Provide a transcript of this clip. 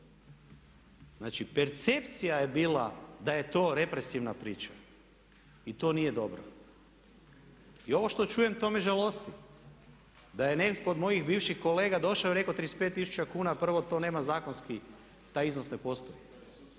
Znači, percepcija je bila da je to represivna priča i to nije dobro. I ovo što čujem to me žalosti, da je netko od mojih bivših kolega došao i rekao 35 tisuća kuna, prvo to nema zakonski, taj iznos ne postoji.